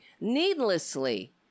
needlessly